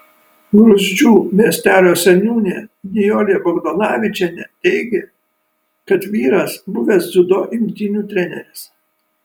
gruzdžių miestelio seniūnė nijolė bagdonavičienė teigė kad vyras buvęs dziudo imtynių treneris